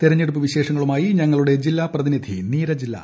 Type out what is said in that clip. തെരഞ്ഞെടുപ്പ് വിശേഷങ്ങളുമായി ഞങ്ങളുടെ ജില്ലാ പ്രതിനിധി നീരജ് ലാൽ